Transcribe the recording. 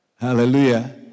Hallelujah